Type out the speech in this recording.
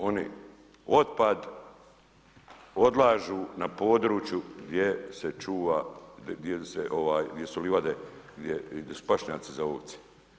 Oni otpad odlažu na području gdje se čuva, gdje su livade, gdje su pašnjaci za ovce.